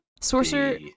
Sorcerer